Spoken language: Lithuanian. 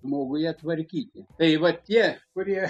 žmoguje tvarkyti tai va tie kurie